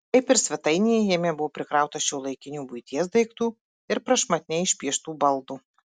kaip ir svetainėje jame buvo prikrauta šiuolaikinių buities daiktų ir prašmatniai išpieštų baldų